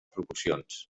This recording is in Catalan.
proporcions